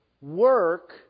Work